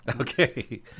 Okay